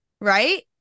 right